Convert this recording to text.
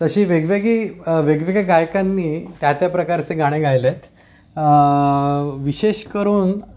तशी वेगवेगळी वेगवेगळ्या गायकांनी त्या त्या प्रकारचे गाणे गायले आहेत विशेष करून